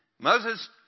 Moses